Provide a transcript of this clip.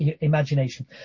imagination